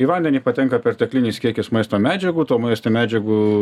į vandenį patenka perteklinis kiekis maisto medžiagų to maisto medžiagų